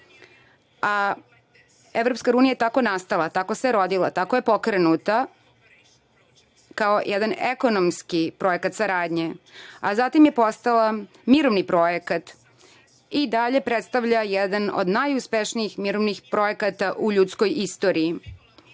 Evropska Unija je tako i nastala, tako se rodila, tako je pokrenuta, kao jedan ekonomski projekat saradnje, a zatim je postala mirovni projekat i dalje predstavlja jedan od najuspešnijih mirovnih projekata u ljudskoj istoriji. Narodi